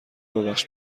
ببخش